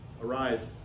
arises